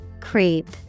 Creep